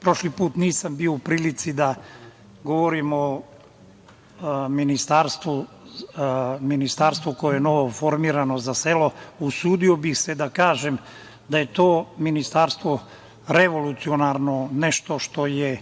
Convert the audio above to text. prošli put nisam bio u prilici da govorim o ministarstvu koje je novoformirano, Ministarstvu za selo. Usudio bih se da kažem da je to ministarstvo revolucionarno, nešto što je